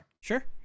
Sure